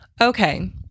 Okay